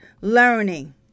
learning